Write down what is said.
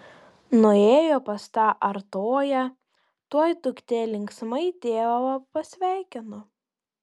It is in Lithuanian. nuėjo pas tą artoją tuoj duktė linksmai tėvą pasveikino